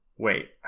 Wait